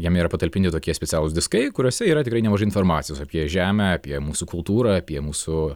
jame yra patalpinti tokie specialūs diskai kuriuose yra tikrai nemažai informacijos apie žemę apie mūsų kultūrą apie mūsų